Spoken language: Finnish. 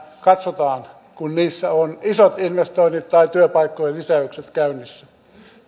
katsotaan kun niissä ovat isot investoinnit tai työpaikkojen lisäykset käynnissä